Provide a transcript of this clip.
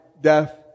death